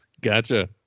Gotcha